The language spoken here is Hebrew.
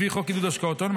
לפי חוק עידוד השקעות הון,